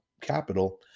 capital